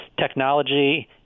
technology